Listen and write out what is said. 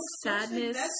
sadness